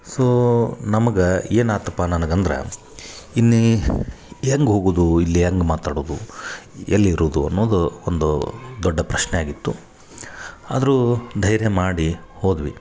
so ನಮ್ಗೆ ಏನು ಆತಪ್ಪ ನನಗೆ ಅಂದ್ರ ಇಲ್ಲಿ ಹೆಂಗೆ ಹೋಗುದು ಇಲ್ಲಿ ಹೆಂಗೆ ಮಾತಾಡುದು ಎಲ್ಲಿರುದು ಅನ್ನೋದು ಒಂದು ದೊಡ್ಡ ಪ್ರಶ್ನೆ ಆಗಿತ್ತು ಆದರು ಧೈರ್ಯ ಮಾಡಿ ಹೋದ್ವಿ